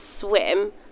swim